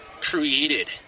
created